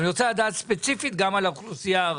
אבל אני רוצה לדעת ספציפית גם על האוכלוסייה הערבית.